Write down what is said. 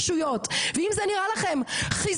ואם זה נראה לכם הפרדת רשויות,